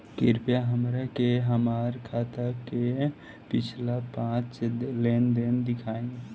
कृपया हमरा के हमार खाता के पिछला पांच लेनदेन देखाईं